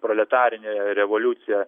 proletarinė revoliucija